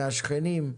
מהשכנים,